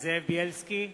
זאב בילסקי,